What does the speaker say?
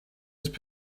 ist